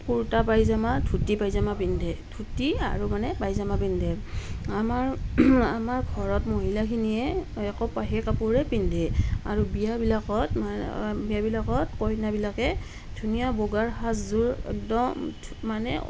কুৰ্তা পায়জামা ধুতি পাইজামা পিন্ধে ধুতি আৰু মানে পায়জামা পিন্ধে আমাৰ আমাৰ ঘৰত মহিলাখিনিয়ে কপাহী কাপোৰে পিন্ধে আৰু বিয়াবিলাকত বিয়াবিলাকত কইনাবিলাকে ধুনীয়া বগাৰ সাজযোৰ একদম মানে